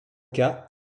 cas